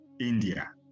India